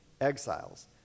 exiles